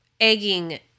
egging